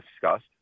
discussed